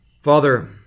Father